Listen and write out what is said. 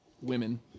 women